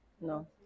No